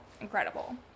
incredible